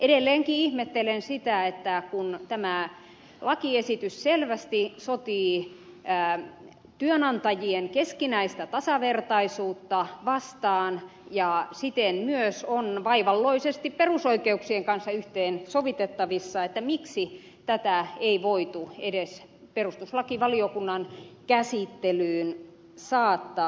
edelleenkin ihmettelen sitä kun tämä lakiesitys selvästi sotii työnantajien keskinäistä tasavertaisuutta vastaan ja siten myös on vaivalloisesti perusoikeuksien kanssa yhteen sovitettavissa miksi tätä ei voitu edes perustuslakivaliokunnan käsittelyyn saattaa